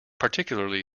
particularly